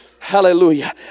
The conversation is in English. hallelujah